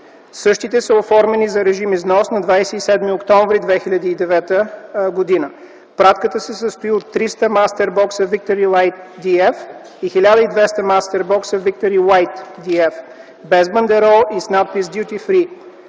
Същите са оформени за режим износ на 27 октомври 2009 г. Пратката се състои от 300 мастербокса „Victory Blue DF” и 1200 мастербокса „Victory White DF”, без бандерол и с надпис „DUTY